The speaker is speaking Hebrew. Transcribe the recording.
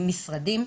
עם משרדים,